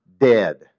dead